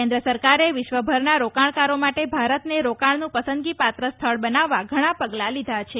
કેન્દ્ર સરકારે વિશ્વભરના રોકાણકારો માટે ભારતને રોકાણનું પસંદગી પાત્ર સ્થળ બનાવવા ઘણાં પગલા લીધા છે